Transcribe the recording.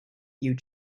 you